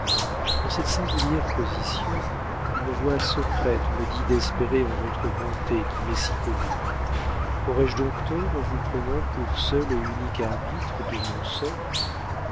en cette singulière position une voix secrète me dit d'espérer en votre bonté qui m'est si connue aurais-je donc tort en vous prenant pour seul et unique arbitre de mon sort